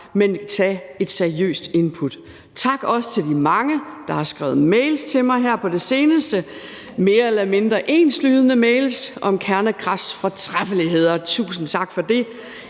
men få et seriøst input. Tak også til de mange, der her på det seneste har skrevet mere eller mindre enslydende mails til mig om kernekrafts fortræffeligheder. Tusind tak for det.